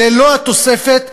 ללא התוספת,